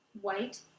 white